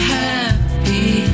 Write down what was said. happy